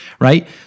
right